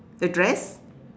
the dress